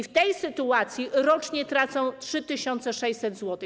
W tej sytuacji rocznie tracą 3600 zł.